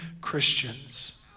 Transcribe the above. Christians